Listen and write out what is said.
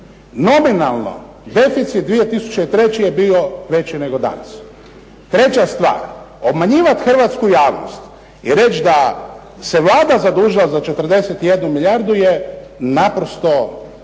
Nominalno 2003. je bio veći nego danas. Treća stvar. Obmanjivati hrvatsku javnost i reći da se Vlada zadužila za 41 milijardu je naprosto nije